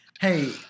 Hey